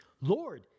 Lord